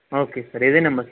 okay sir ఇదే number